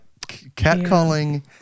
catcalling